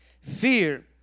Fear